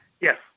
Yes